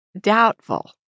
doubtful